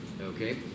Okay